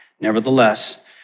Nevertheless